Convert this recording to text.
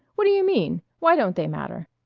what do you mean? why don't they matter?